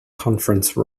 conference